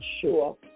sure